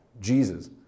Jesus